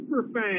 Superfan